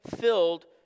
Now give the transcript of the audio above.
filled